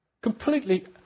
Completely